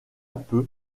peu